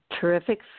terrific